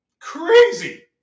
Crazy